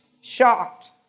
Shocked